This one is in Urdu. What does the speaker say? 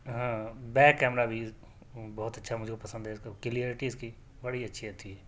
ہاں بیک کیمرہ بھی بہت اچھا مجھ کو پسند ہے اس کا کلیئریٹی اس کی بڑی اچھی آتی ہے